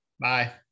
Bye